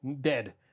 dead